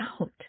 out